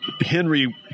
Henry